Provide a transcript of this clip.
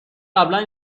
قبلا